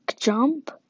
jump